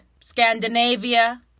Scandinavia